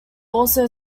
also